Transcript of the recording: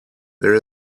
there